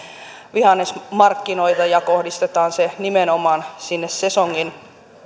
vihannesmarkkinoitamme ja kohdistetaan se nimenomaan sesongin